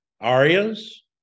arias